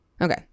Okay